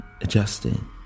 adjusting